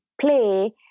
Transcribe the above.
play